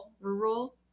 Rural